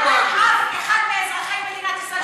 לא חל על אף אחד מאזרחי מדינת ישראל.